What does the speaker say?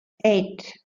eight